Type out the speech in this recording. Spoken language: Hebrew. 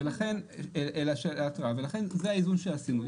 ולכן זה האיזון שעשינו.